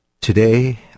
Today